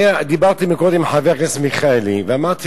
אני דיברתי קודם עם חבר הכנסת מיכאלי ואמרתי